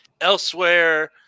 Elsewhere